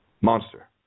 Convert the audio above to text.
monster